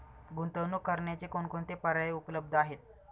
गुंतवणूक करण्याचे कोणकोणते पर्याय उपलब्ध आहेत?